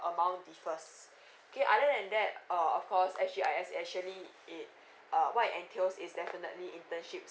amount differs okay other than that uh of course S_G_I_S actually it uh what it entails is definitely internships